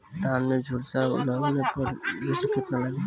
धान के झुलसा लगले पर विलेस्टरा कितना लागी?